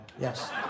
Yes